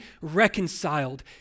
reconciled